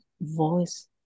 voice